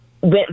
went